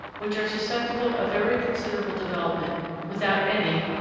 which are susceptible of very considerable development without any,